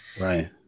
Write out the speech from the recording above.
Right